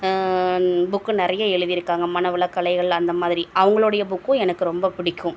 book நிறைய எழுதிருக்காங்க மனவளக் கலைகள் அந்த மாதிரி அவுங்களுடைய புக்கும் எனக்கு ரொம்ப பிடிக்கும்